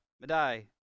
Madai